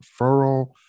referral